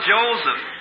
Joseph